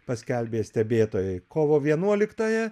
paskelbė stebėtojai kovo vienuoliktąją